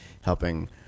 helping